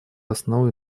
основой